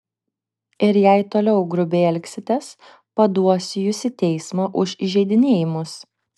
ir jei toliau grubiai elgsitės paduosiu jus į teismą už įžeidinėjimus